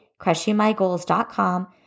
crushingmygoals.com